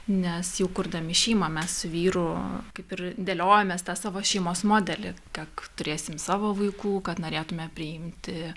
nes jau kurdami šeimą mes su vyru kaip ir dėliojomės tą savo šeimos modelį kiek turėsim savo vaikų kad norėtume priimti